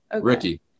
Ricky